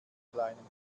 kleinen